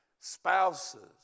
spouses